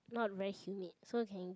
not very humid so can